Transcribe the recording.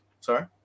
sorry